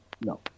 no